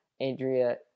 andrea